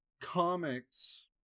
comics